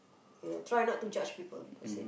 you know try not to judge people that's it